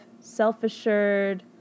self-assured